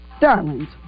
darlings